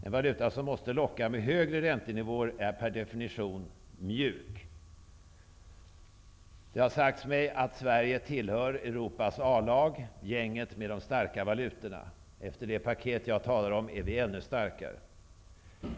En valuta som måste locka med höga räntenivåer är per definition mjuk. Det har sagts mig att Sverige tillhör Europas A-lag, gänget med de starka valutorna. Efter det paket som jag talar om är vi ännu starkare.